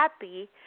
happy